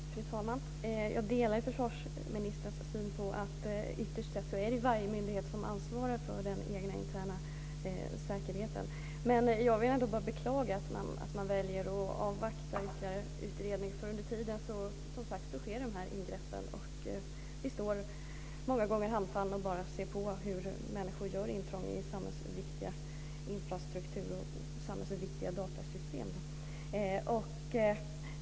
Fru talman! Jag delar försvarsministerns syn att det ytterst är varje myndighet som svarar för den egna interna säkerheten. Jag vill ändå beklaga att man väljer att avvakta ytterligare utredning. Under tiden sker dessa angrepp. Vi står många gånger handfallna och bara ser på hur människor gör intrång i samhällsviktig infrastruktur och samhällsviktiga datorsystem.